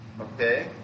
Okay